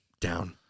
down